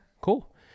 cool